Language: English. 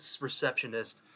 receptionist